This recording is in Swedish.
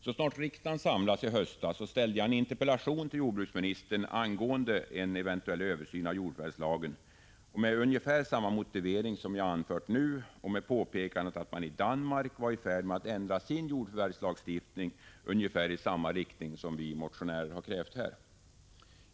Så snart riksdagen samlats i höstas ställde jag den 9 oktober en interpellation till jordbruksministern angående en eventuell översyn av jordförvärvslagen med ungefär samma motivering som jag nu anfört och med påpekande av att man i Danmark var i färd med att ändra sin jordförvärvslagstiftning ungefär i samma riktning som vi motionärer har krävt.